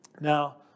Now